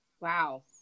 Wow